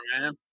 man